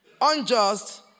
unjust